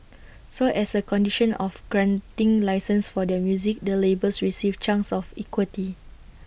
so as A condition of granting licences for their music the labels received chunks of equity